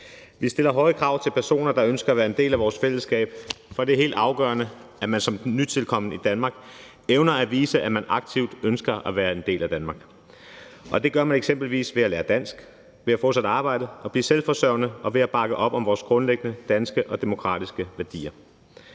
Vi stiller høje krav til personer, der ønsker at være en del af vores fællesskab, for det er helt afgørende, at man som nytilkommet i Danmark evner at vise, at man aktivt ønsker at være en del af Danmark. Det gør man eksempelvis ved at lære dansk, ved at få sig et arbejde og blive selvforsørgende og ved at bakke op om vores grundlæggende danske og demokratiske værdier.